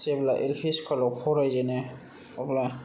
जेब्ला L P स्कुलाव फरायजेनो अब्ला